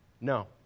No